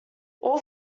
all